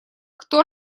кто